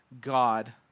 God